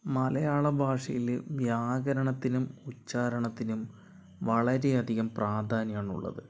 മലയാള ഭാഷയില് വ്യാകരണത്തിനും ഉച്ചാരണത്തിനും വളരെയധികം പ്രാധാന്യമാണുള്ളത്